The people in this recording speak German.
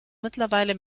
mittlerweile